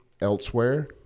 elsewhere